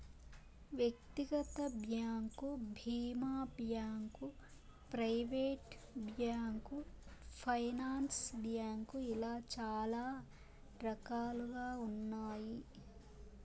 వ్యక్తిగత బ్యాంకు భీమా bank, private bank, finance bank ఇలా చాలా రకాలుగా ఉన్నాయి